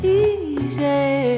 easy